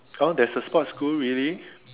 oh there's a sports school really